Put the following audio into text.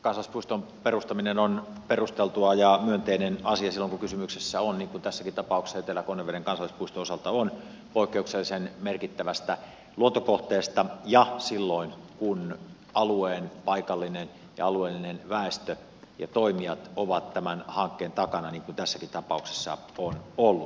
kansallispuiston perustaminen on perusteltua ja myönteinen asia silloin kun kysymyksessä on niin kuin tässäkin tapauksessa etelä konneveden kansallispiston osalta on poikkeuksellisen merkittävästä luontokohteesta ja silloin kun alueen paikallinen ja alueellinen väestö ja toimijat ovat tämän hankkeen takana niin kuin tässäkin tapauksessa on ollut